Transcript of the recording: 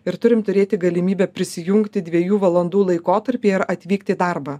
ir turim turėti galimybę prisijungti dviejų valandų laikotarpyje ar atvykt į darbą